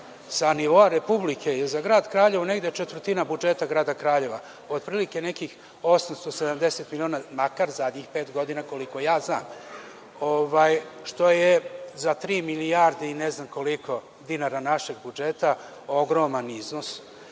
sa nivoa Republike je za grad Kraljevo negde četvrtina budžeta grada Kraljeva, od prilike nekih 870 miliona, makar zadnjih pet godina koliko ja znam, što je za tri milijarde i ne znam koliko dinara našeg budžeta, ogroman iznos. Nisam